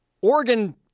Oregon